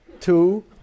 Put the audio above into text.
two